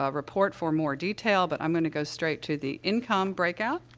ah report for more detail, but i'm going to go straight to the income breakout,